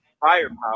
firepower